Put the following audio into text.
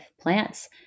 plants